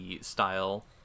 style